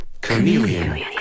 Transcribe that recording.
Chameleon